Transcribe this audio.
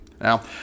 Now